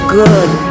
good